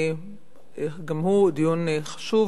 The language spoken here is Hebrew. גם הוא דיון חשוב,